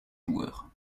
joueurs